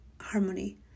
harmony